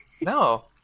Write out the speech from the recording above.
No